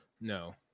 no